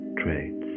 traits